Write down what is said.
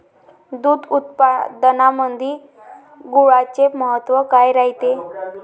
दूध उत्पादनामंदी गुळाचे महत्व काय रायते?